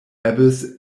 abyss